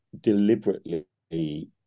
deliberately